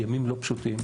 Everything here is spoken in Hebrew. ימים לא פשוטים,